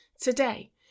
today